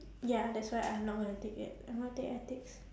ya that's why I'm not gonna take it I'm gonna take ethics